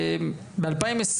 ב-2020,